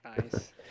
Nice